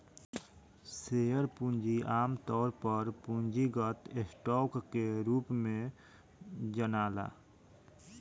share पूंजी आमतौर पर पूंजीगत स्टॉक के रूप में जनाला